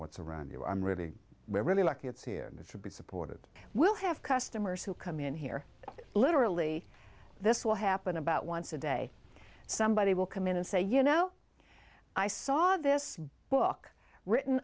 what's around you i'm really really lucky it's here to be supported we'll have customers who come in here literally this will happen about once a day somebody will come in and say you know i saw this book written